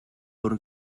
por